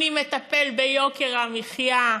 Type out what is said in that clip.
אני מטפל ביוקר המחיה,